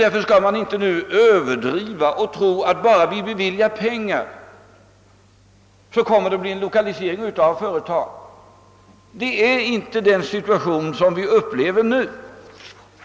Därför skall man inte hysa en överdriven tro på att bara vi beviljar pengar, kommer det att bli en lokalisering av företag. Sådan är inte situationen som vi upplever den nu.